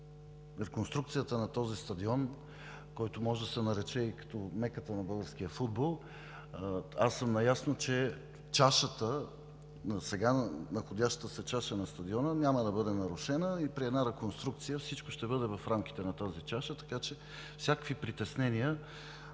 реконструкцията на този стадион, който може да се нарече и като меката на българския футбол, аз съм наясно, че чашата, сега находящата се чаша на стадиона, няма да бъде нарушена и при една реконструкция всичко ще бъде в рамките на тази чаша, така че всякакви притеснения